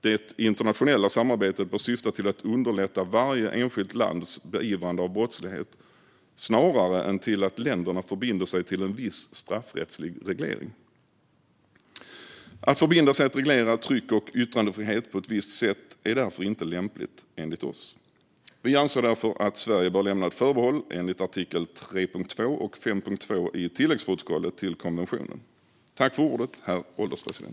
Det internationella samarbetet bör syfta till att underlätta varje enskilt lands beivrande av brottslighet snarare än till att länderna förbinder sig till en viss straffrättslig reglering. Att förbinda sig till att reglera tryck och yttrandefrihet på ett visst sätt är inte lämpligt, enligt oss. Vi anser därför att Sverige bör lämna ett förbehåll enligt artikel 3.2 och 5.2 i tilläggsprotokollet till konventionen.